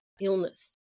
illness